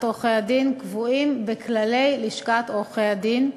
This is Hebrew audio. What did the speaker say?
עורכי-הדין קבועים בכללי לשכת עורכי-הדין.